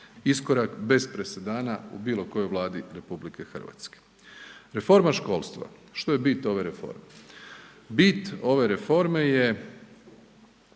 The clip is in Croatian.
iskorak bez presedana u bilo kojoj Vladi RH. Reforma školstva, što je bit ove reforme? Bit ove reforme je